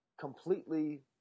completely